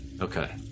Okay